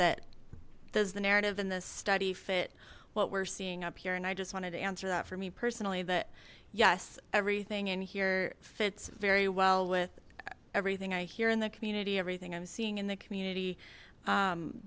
that does the narrative and this study fit what we're seeing up here and i just wanted to answer that for me personally that yes everything in here fits very well with everything i hear in the community everything i'm seeing in the community